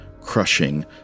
crushing